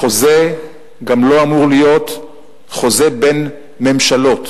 החוזה גם לא אמור להיות חוזה בין ממשלות.